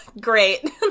Great